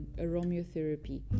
aromatherapy